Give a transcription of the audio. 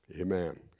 Amen